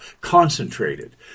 concentrated